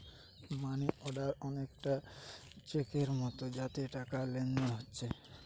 মানি order অনেকটা চেকের মতো যাতে টাকার লেনদেন হোচ্ছে